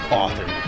author